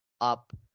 up